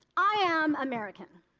i am american.